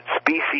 species